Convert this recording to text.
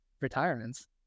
retirements